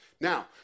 Now